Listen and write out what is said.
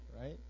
right